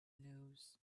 news